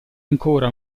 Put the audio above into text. ancora